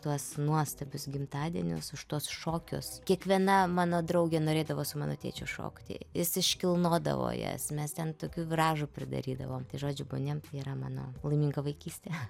tuos nuostabius gimtadienius už tuos šokius kiekviena mano draugė norėdavo su mano tėčiu šokti jis iškilnodavo jas mes ten tokių viražų pridarydavom žodžiu boni em yra mano laiminga vaikystė